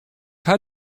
haw